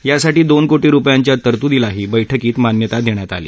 यासाठी दोन कोटी रुपयांच्या तरतूदीलाही बैठकीत मान्यता देण्यात आली